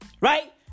Right